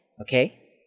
Okay